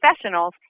professionals